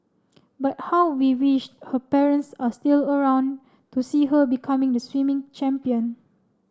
but how we wished her parents are still around to see her becoming a swimming champion